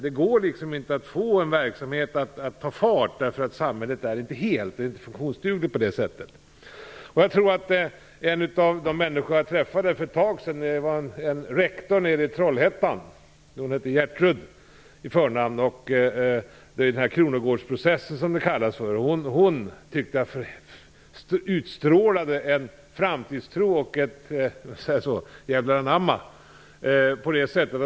Det går inte att få en verksamhet att ta fart därför att samhället inte är helt. Det är inte funktionsdugligt på det sättet. För ett tag sedan träffade jag en rektor nere i Trollhättan. Hon hette Gertrud i förnamn. Det gällde den s.k. Kronogårdsprocessen. Hon utstrålade en framtidstro och ett djävlar anamma.